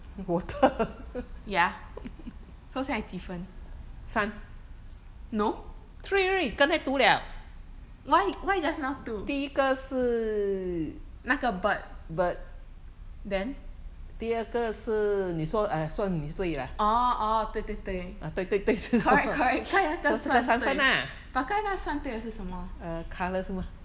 ya so 现在几分 no why why just now two 那个 bird then orh orh 对对对 correct correct 刚才那个算对 but 刚才那个算对的是什么